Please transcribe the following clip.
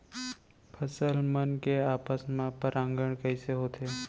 फसल मन के आपस मा परागण कइसे होथे?